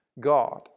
God